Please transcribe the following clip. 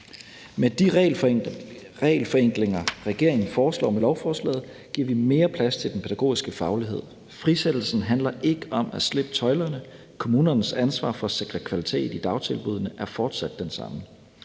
Med de regelforenklinger, regeringen foreslår med lovforslaget, giver vi mere plads til den pædagogiske faglighed. Frisættelsen handler ikke om at slippe tøjlerne. Kommunernes ansvar for at sikre kvalitet i dagtilbuddene er fortsat det samme.